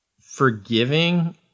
forgiving